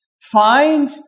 Find